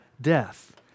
death